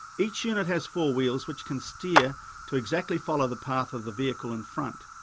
each unit has four wheels which can steer to exactly follow the path of the vehicle in front.